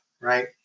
Right